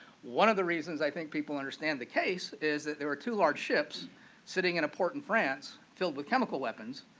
one of the reasons i think people understand the case is there are two large ships sitting in a port in france filled with chemical weapons